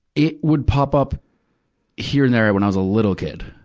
it would pop up here and there when i was a little kid.